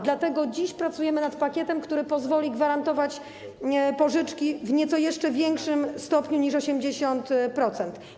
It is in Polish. Dlatego dziś pracujemy nad pakietem, który pozwoli gwarantować pożyczki w jeszcze nieco większym stopniu niż 80%.